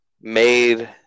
made